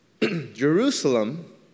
Jerusalem